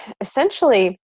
essentially